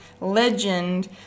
legend